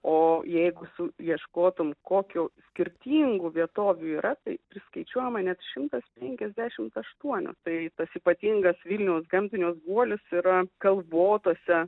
o jeigu su ieškotumei kokių skirtingų vietovių yra tai priskaičiuojama net šimtas penkiasdešimt aštuonios tai tas ypatingas vilniaus gamtinis guolis yra kalvotose